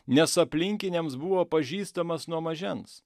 nes aplinkiniams buvo pažįstamas nuo mažens